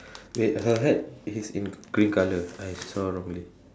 wait her hat is in grey colour I saw wrongly